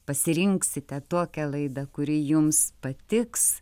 pasirinksite tokią laidą kuri jums patiks